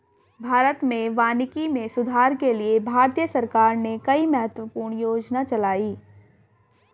भारत में वानिकी में सुधार के लिए भारतीय सरकार ने कई महत्वपूर्ण योजनाएं चलाई